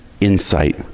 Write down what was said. insight